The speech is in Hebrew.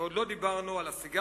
ועוד לא דיברנו על הסיגריות,